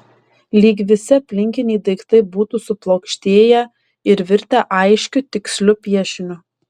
lyg visi aplinkiniai daiktai būtų suplokštėję ir virtę aiškiu tiksliu piešiniu